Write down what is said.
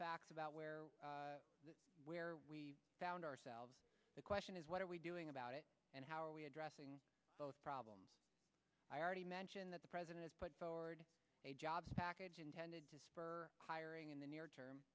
facts about where where we found ourselves the question is what are we doing about it and how are we addressing both problems i already mentioned that the president put forward a jobs package intended hiring in the near term